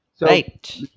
Right